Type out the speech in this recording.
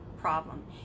problem